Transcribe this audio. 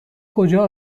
کجا